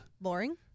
Boring